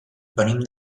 venim